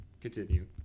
Continue